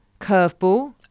curveball